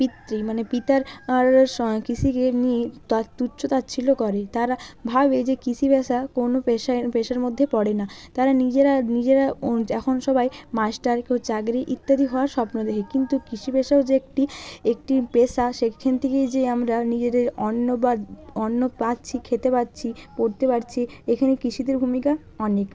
পিতৃ মানে পিতার স কৃষিকে নিয়ে তুচ্ছ তাচ্ছিল্য করে তারা ভাবে যে কৃষি বাসা কোনো পেশা পেশার মধ্যে পড়ে না তারা নিজেরা নিজেরাও এখন সবাই মাস্টার কেউ চাকরি ইত্যাদি হওয়ার স্বপ্ন দেখে কিন্তু কৃষি বাসাও যে একটি একটি পেশা সেখান থেকেই যে আমরা নিজেদের অন্ন বা অন্ন পাচ্ছি খেতে পাচ্ছি পরতে পারছি এখানে কৃষিদের ভূমিকা অনেক